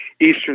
Eastern